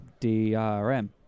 DRM